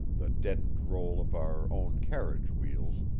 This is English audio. the deadened roll of our own carriage wheels,